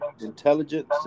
Intelligence